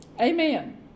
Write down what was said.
Amen